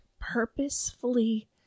purposefully